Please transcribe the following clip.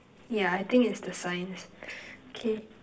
yeah I think it's the signs K